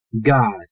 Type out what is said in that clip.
God